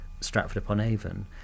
Stratford-upon-Avon